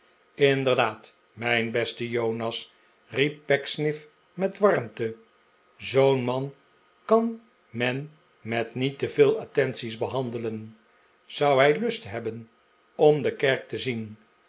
inderdaad mijn beste jonas riep pecksniff met warmte zoo'n man kan men met niet te veel attenties behandelen zou hij lust hebben om de kerk te zien